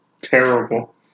terrible